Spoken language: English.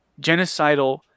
Genocidal